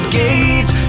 gates